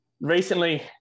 Recently